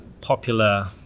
popular